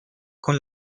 con